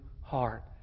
heart